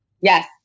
Yes